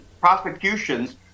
prosecutions